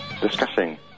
Discussing